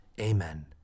amen